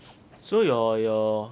so your your